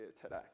today